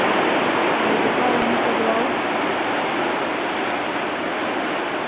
ते जेह्का निक्का गुलाब